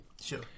Sure